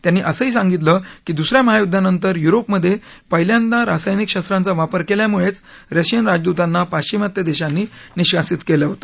त्यांनी असंही सांगितलं की दुस या महायुद्धानंतर युरोपमधे पहिल्यांदा रासायनिक शस्त्रांचा वापर केल्यामुळेच रशियन राजदूतांना पाश्विमात्य देशांनी निष्कासित केले होते